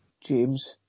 James